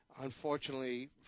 unfortunately